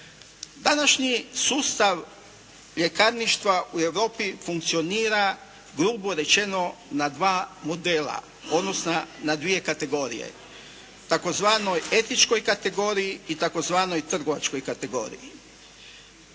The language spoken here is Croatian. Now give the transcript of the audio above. Današnji sustav ljekarništva u Europi funkcionira grubo rečeno na dva modela odnosno na dvije kategorije tzv. etičkoj kategoriji i tzv. trgovačkoj kategoriji.